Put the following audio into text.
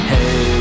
Hey